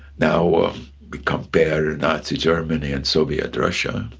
now we compare nazi germany and soviet russia,